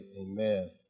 Amen